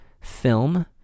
film